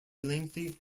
lengthy